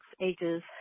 ages